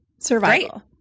survival